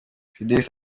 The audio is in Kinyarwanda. judith